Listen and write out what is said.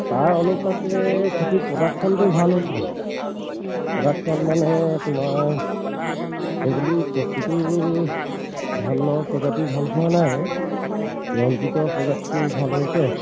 তাৰ অনুপাতে খেতি প্ৰডাকশ্যনটো ভাল হ'ল প্ৰডাকশ্যন মানে তোমাৰ সেই বুলি প্ৰতিটো ধানৰ প্ৰজাতি ভাল হোৱা নাই ৰঞ্জিতৰ প্ৰজাতিটো ভাল হৈছে